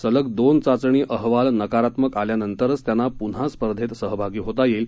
सलग दोन चाचणी अहवाल नकारात्मक आल्यानंतरच त्यांना पून्हा स्पर्धेत सहभागी होता येईल